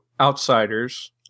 outsiders